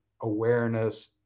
awareness